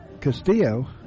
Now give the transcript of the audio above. Castillo